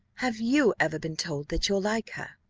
have you ever been told that you're like her?